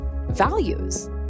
Values